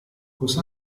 cosa